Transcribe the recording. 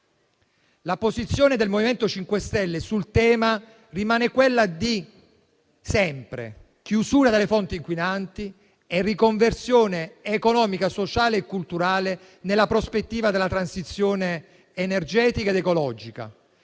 La posizione del MoVimento 5 Stelle sul tema rimane quella di sempre: chiusura delle fonti inquinanti e riconversione economica, sociale e culturale nella prospettiva della transizione energetica ed ecologica.